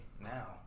now